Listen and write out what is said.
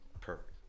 Perfect